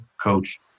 Coach